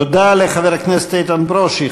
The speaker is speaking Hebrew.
תודה לחבר הכנסת איתן ברושי.